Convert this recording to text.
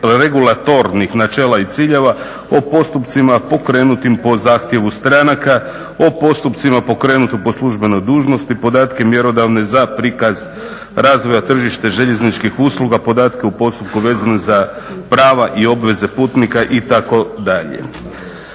regulatornih načela i ciljeva o postupcima pokrenutim po zahtjevu stranaka, o postupcima pokrenutim po službenoj dužnosti, podatke mjerodavne za prikaz razvoja tržišta željezničkih usluga, podatke u postupku vezane za prava i obveze putnika itd.